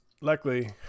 luckily